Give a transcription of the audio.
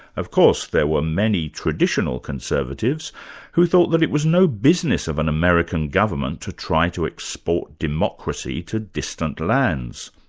of course there were many traditional conservatives who thought that it was no business of an american government to try to export democracy to distant lands,